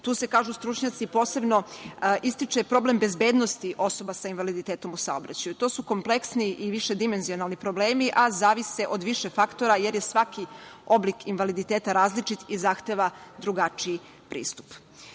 Tu se, kažu stručnjaci, posebno ističe problem bezbednosti osoba sa invaliditetom u saobraćaju. To su kompleksni i višedimenzionalni problemi, a zavise od više faktora, jer je svaki oblik invaliditeta različit i zahteva drugačiji pristup.Za